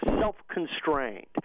self-constrained